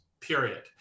period